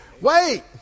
Wait